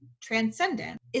transcendent